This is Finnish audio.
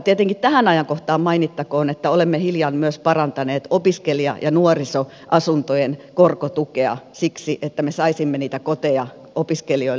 tietenkin tähän ajankohtaan mainittakoon että olemme hiljan myös parantaneet opiskelija ja nuorisoasuntojen korkotukea siksi että me saisimme niitä koteja opiskelijoille